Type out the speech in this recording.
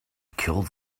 killed